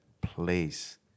place